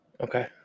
Okay